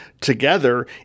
together